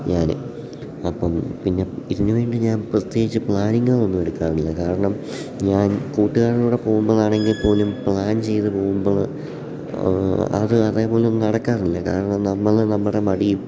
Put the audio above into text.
ഞാൻ അപ്പം പിന്നെ ഇതിനു വേണ്ടി ഞാൻ പ്രത്യേകിച്ച് പ്ലാനിങ്ങുകളൊന്നും എടുക്കാറില്ല കാരണം ഞാൻ കൂട്ടുകാരുടെകൂടെ പോകുമ്പോഴാണെങ്കിൽ പോലും പ്ലാൻ ചെയ്തു പോകുമ്പോൾ അത് അതേപോലെ ഒന്നും നടക്കാറില്ല കാരണം നമ്മളും നമ്മടെ മടിയും